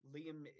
Liam